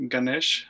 Ganesh